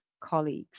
colleagues